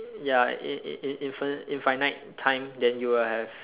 ya in in in in infinite time then you will have